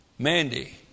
Mandy